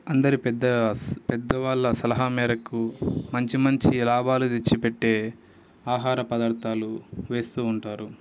అందరి పెద్ద స పెద్ద వాళ్ళ సలహా మేరకు మంచి మంచి లాభాలు తెచ్చిపెట్టే ఆహార పదార్థాలు వేస్తూ ఉంటారు